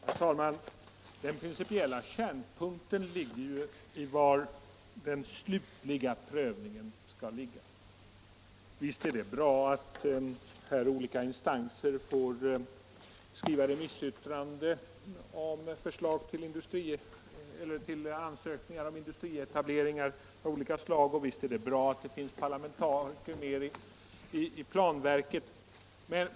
Herr talman! Den principiella kärnpunkten ligger ju i var den slutliga prövningen skall företas. Visst är det bra att olika instanser får skriva remissyttrande över ansökningar om industrietableringar av olika slag liksom att det finns parlamentariker med i exempelvis planverket.